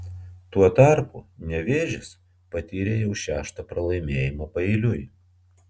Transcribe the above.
tuo tarpu nevėžis patyrė jau šeštą pralaimėjimą paeiliui